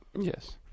Yes